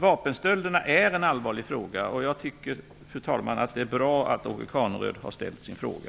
Vapenstölderna är en allvarlig fråga, och jag tycker, fru talman, att det är bra att Åke Carnerö har ställt sin fråga.